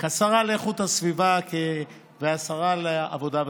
כשרה לאיכות הסביבה וכשרה לעבודה ורווחה.